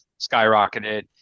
skyrocketed